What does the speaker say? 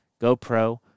gopro